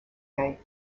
day